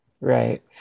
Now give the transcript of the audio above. Right